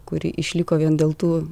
kuri išliko vien dėl tų